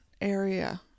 area